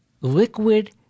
Liquid